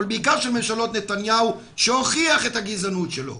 אבל בעיקר של ממשלות נתניהו שהוכיח את הגזענות שלו,